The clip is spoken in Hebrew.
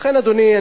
לכן, אדוני,